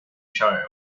child